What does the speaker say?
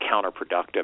counterproductive